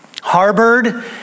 Harbored